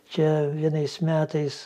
čia vienais metais